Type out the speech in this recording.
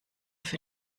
für